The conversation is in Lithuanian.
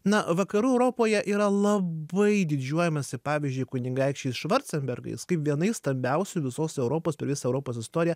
na vakarų europoje yra labai didžiuojamasi pavyzdžiui kunigaikščiais švarcenbergais kaip vienais stambiausių visos europos per visą europos istoriją